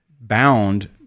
bound